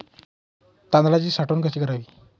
तांदळाची साठवण कशी करावी?